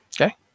Okay